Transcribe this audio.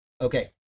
Okay